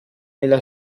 alla